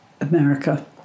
America